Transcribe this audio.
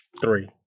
Three